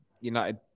United